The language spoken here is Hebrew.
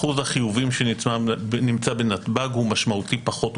אחוז החיוביים שנמצא בנתב"ג הוא משמעותית פחות,